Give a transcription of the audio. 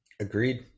Agreed